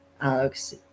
alex